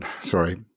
sorry